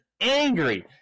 angry